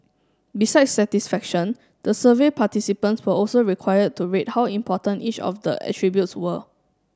besides satisfaction the survey participants were also required to rate how important each of the attributes were